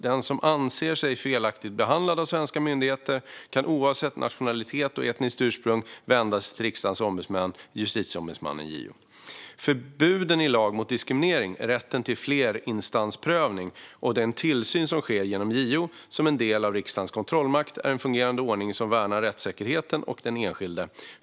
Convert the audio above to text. Den som anser sig felaktigt behandlad av svenska myndigheter kan oavsett nationalitet eller etniskt ursprung vända sig till riksdagens ombudsmän Justitieombudsmannen, JO. Förbuden i lag mot diskriminering, rätten till flerinstansprövning och den tillsyn som sker genom JO som en del av riksdagens kontrollmakt är en fungerande ordning som värnar rättssäkerheten och den enskilde.